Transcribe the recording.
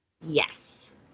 Yes